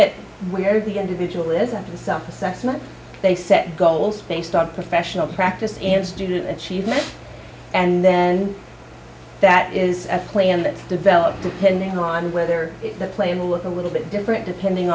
at where the individual is and to the self assessment they set goals they start professional practice and student achievement and then that is at play in that develop depending on whether the player will work a little bit different depending